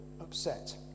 upset